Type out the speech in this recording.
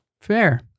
fair